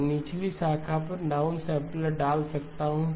मैं निचली शाखा पर डाउनसैंपलर डाल सकता हूं